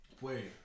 wait